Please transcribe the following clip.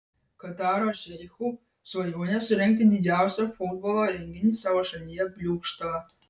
kataro šeichų svajonė surengti didžiausią futbolo renginį savo šalyje bliūkšta